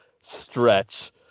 stretch